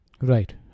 Right